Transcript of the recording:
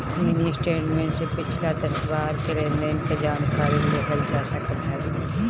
mini statement से पिछला दस बार के लेनदेन के जानकारी लेहल जा सकत हवे